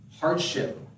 hardship